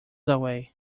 away